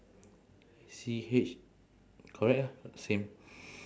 C H correct ah same